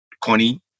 Connie